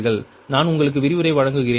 |நான் உங்களுக்கு விரிவுரை வழங்குகிறேன்